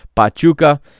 Pachuca